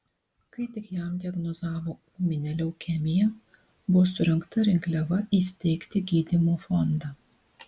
kai tik jam diagnozavo ūminę leukemiją buvo surengta rinkliava įsteigti gydymo fondą